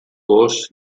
gos